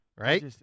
Right